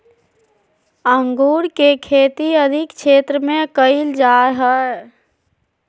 अंगूर के खेती अधिक क्षेत्र में कइल जा हइ